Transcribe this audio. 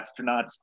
astronauts